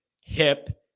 hip